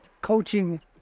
coaching